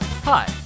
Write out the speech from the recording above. Hi